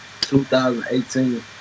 2018